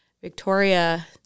Victoria